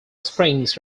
springs